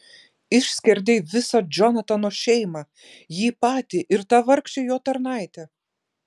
išskerdei visą džonatano šeimą jį patį ir tą vargšę jo tarnaitę